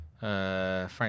Frank